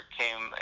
came